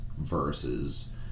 versus